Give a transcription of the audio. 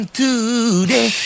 today